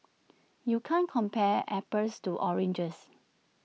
you can't compare apples to oranges